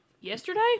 Yesterday